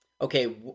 Okay